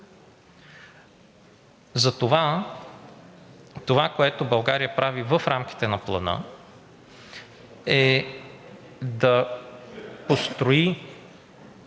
Затова онова, което България прави в рамките на Плана, е да построи